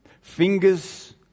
fingers